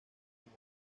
como